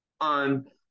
on